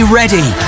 ready